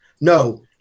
No